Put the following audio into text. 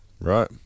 Right